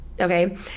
okay